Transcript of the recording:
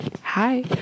Hi